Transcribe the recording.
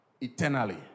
eternally